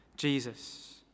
Jesus